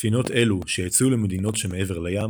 ספינות אלו, שיצאו למדינות שמעבר לים,